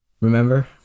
remember